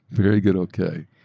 very good okay.